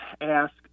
ask